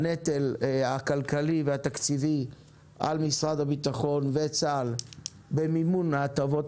הנטל הכלכלי והתקציבי על משרד הבטחון וצה"ל במימון ההטבות